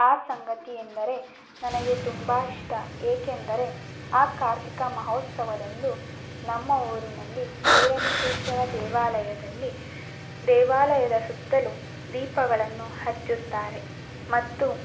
ಆ ಸಂಗತಿ ಎಂದರೆ ನನಗೆ ತುಂಬ ಇಷ್ಟ ಏಕೆಂದರೆ ಆ ಕಾರ್ತಿಕ ಮಹೋತ್ಸವದಂದು ನಮ್ಮ ಊರಿನಲ್ಲಿ ಬೀರಲಿಂಗೇಶ್ವರ ದೇವಾಲಯದಲ್ಲಿ ದೇವಾಲಯದ ಸುತ್ತಲೂ ದೀಪಗಳನ್ನು ಹಚ್ಚುತ್ತಾರೆ ಮತ್ತು